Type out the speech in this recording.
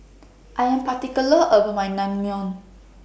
I Am particular about My Naengmyeon